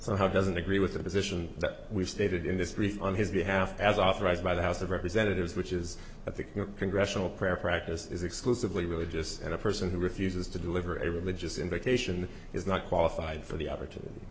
somehow doesn't agree with the position that we've stated in this brief on his behalf as authorized by the house of representatives which is at the congressional prayer practice is exclusively religious and a person who refuses to deliver a religious invitation is not qualified for the opportunity